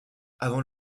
avant